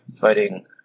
fighting